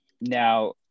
now